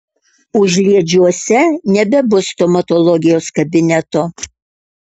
užliedžiuose nebebus stomatologijos kabineto